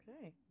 Okay